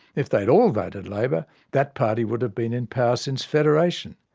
if they had all voted labor that party would have been in power since federation.